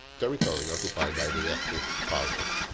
territory occupied by the axis powers.